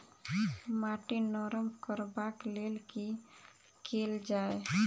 माटि नरम करबाक लेल की केल जाय?